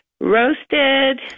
roasted